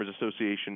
Association